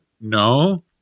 no